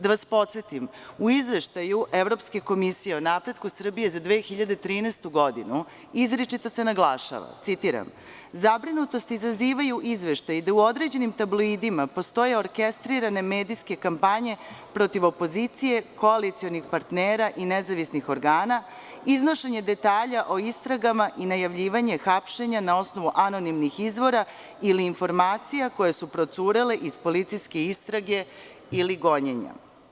Da vas podsetim, u izveštaju Evropske komisije o napretku Srbije za 2013. godinu, izričito se naglašava, citiram – zabrinutost izazivaju izveštaji da u određenim tabloidima postoje orkestrirane medijske kampanje protiv opozicije, koalicionih partnera i nezavisnih organa, iznošenje detalja o istragama i najavljivanje hapšenja na osnovu anonimnih izvora ili informacija koje su procurele iz policijske istrage ili gonjenja.